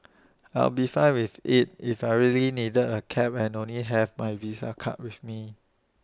I'll be fine with IT if I really needed A cab and only have my visa card with me